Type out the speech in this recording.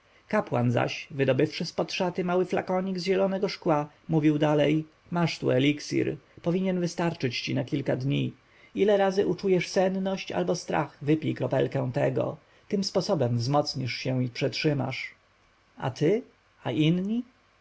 kapłan zaś wydobywszy z pod szaty mały flakonik z zielonego szkła mówił dalej masz tu eliksir powinien wystarczyć ci na kilka dni ile razy uczujesz senność albo strach wypij kropelkę tego tym sposobem wzmocnisz się i przetrzymasz a ty a inni